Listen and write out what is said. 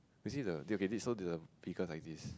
you see the dude okay so the vehicle is like this